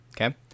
Okay